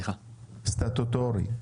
סטטוטורי?